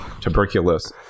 tuberculosis